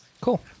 Cool